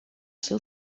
seu